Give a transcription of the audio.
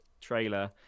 trailer